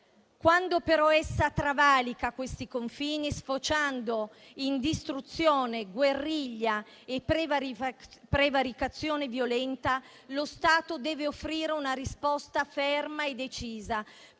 Quando però essa travalica questi confini, sfociando in distruzione, guerriglia e prevaricazione violenta, lo Stato deve offrire una risposta ferma e decisa,